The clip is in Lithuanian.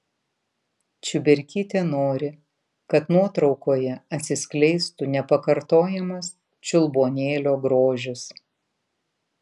čiuberkytė nori kad nuotraukoje atsiskleistų nepakartojamas čiulbuonėlio grožis